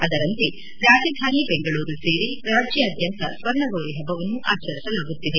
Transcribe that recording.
ಅದರಂತೆ ರಾಜಧಾನಿ ಜೆಂಗಳೂರು ಸೇರಿ ರಾಜ್ಯಾದ್ಯಂತ ಸ್ವರ್ಣಗೌರಿಹಬ್ಬವನ್ನು ಆಚರಿಸಲಾಗುತ್ತಿದೆ